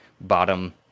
bottom